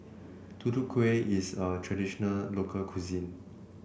Tutu Kueh is a traditional local cuisine